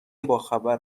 باخبر